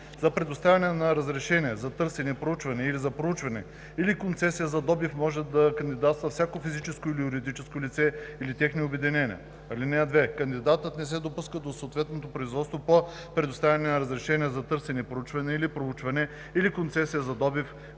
За предоставяне на разрешение за търсене и проучване или за проучване, или концесия за добив може да кандидатства всяко физическо или юридическо лице или техни обединения. (2) Кандидатът не се допуска до съответното производство по предоставяне на разрешение за търсене и проучване или за проучване, или концесия за добив,